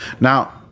Now